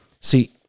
See